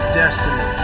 destiny